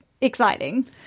exciting